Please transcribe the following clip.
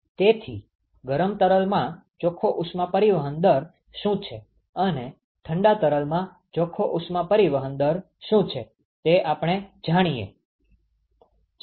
તેથી ગરમ તરલમાં ચોખ્ખો ઉષ્મા પરિવહન દર શુ છે અને ઠંડા તરલમાં ચોખ્ખો ઉષ્મા પરિવહન દર શુ છે તે આપણે જાણીએ છીએ